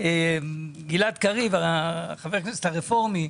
גלעד קריב, חבר הכנסת הרפורמי,